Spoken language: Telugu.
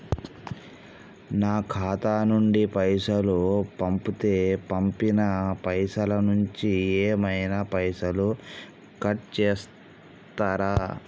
నా ఖాతా నుండి పైసలు పంపుతే పంపిన పైసల నుంచి ఏమైనా పైసలు కట్ చేత్తరా?